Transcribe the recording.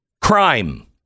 Crime